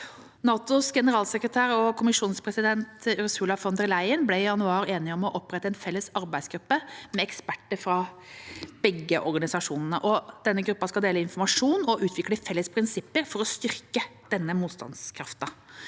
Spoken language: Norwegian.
NATOs generalsekretær og kommisjonspresident Ursula von der Leyen ble i januar enige om å opprette en felles arbeidsgruppe med eksperter fra begge organisasjonene. Denne gruppen skal dele informasjon og utvikle felles prinsipper for å styrke denne motstandskraften.